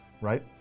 right